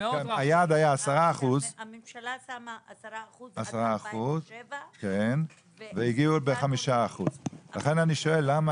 היעד היה 10%. הממשלה שמה 10% עד 2007. לכן אני שואל: למה